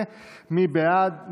מי בעד?